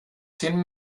sin